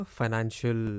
financial